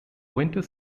winter